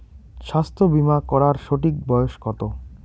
স্বাস্থ্য বীমা করার সঠিক বয়স কত?